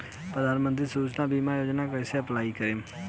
प्रधानमंत्री सुरक्षा बीमा योजना मे कैसे अप्लाई करेम?